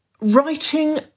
writing